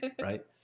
right